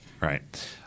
Right